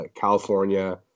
California